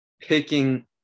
picking